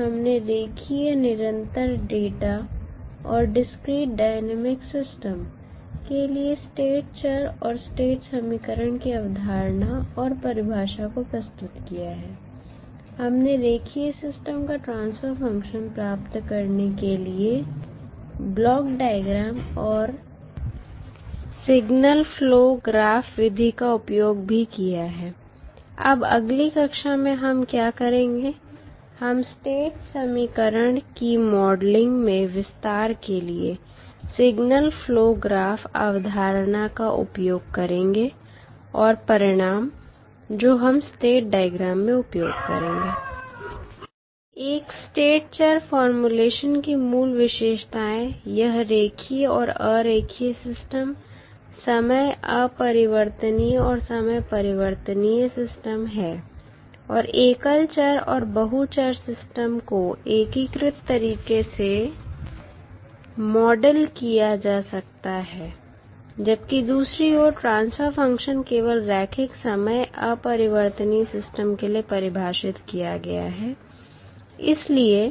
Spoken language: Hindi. हमने रेखीय निरंतर डाटा और डिस्क्रीट डायनेमिक सिस्टम्स के लिए स्टेट चर और स्टेट समीकरण की अवधारणा और परिभाषा को प्रस्तुत किया है हमने रेखीय सिस्टम का ट्रांसफर फंक्शन प्राप्त करने के लिए ब्लॉक डायग्राम और सिगनल फ्लो ग्राफ विधि का उपयोग भी किया है अब अगली कक्षा में हम क्या करेंगे हम स्टेट समीकरण की मॉडलिंग में विस्तार के लिए सिगनल फ्लो ग्राफ अवधारणा का उपयोग करेंगे और परिणाम जो हम स्टेट डायग्राम में उपयोग करेंगे एक स्टेट चर फॉर्मुलेशन की मूल विशेषताएं यह रेखीय और अरेखीय सिस्टम समय अपरिवर्तनीय और समय परिवर्तनीय सिस्टम है और एकल चर और बहु चर सिस्टम को एकीकृत तरीके से मॉडल किया जा सकता है जबकि दूसरी ओर ट्रांसफर फ़ंक्शन केवल रैखिक समय अपरिवर्तनीय सिस्टम के लिए परिभाषित किया गया है इसलिए